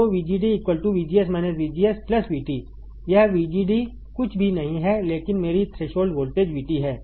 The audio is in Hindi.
तो VGD VGS VGS VT यह VGD कुछ भी नहीं है लेकिन मेरी थ्रेशोल्ड वोल्टेज VT है